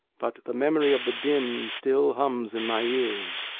but the memory of the din still hums in my ears.